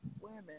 women